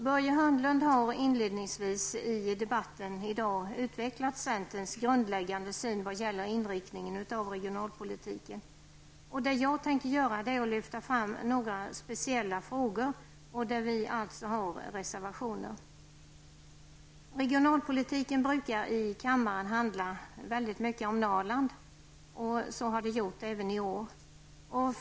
Börje Hörnlund har inledningsvis i debatten i dag utvecklat centerns grundläggande syn vad gäller inriktningen av regionalpolitiken. Det jag tänker göra är att lyfta fram några speciella frågor där vi har reservationer. Regionalpolitiken brukar i kammaren handla väldigt mycket om Norrland, så även i år.